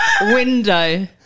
window